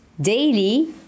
daily